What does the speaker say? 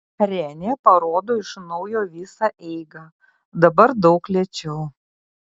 renė parodo iš naujo visą eigą dabar daug lėčiau